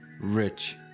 rich